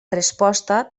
resposta